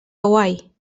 hawaii